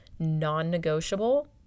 non-negotiable